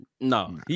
no